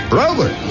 Brother